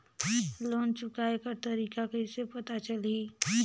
Loan चुकाय कर तारीक कइसे पता चलही?